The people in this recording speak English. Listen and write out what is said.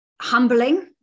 humbling